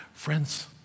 Friends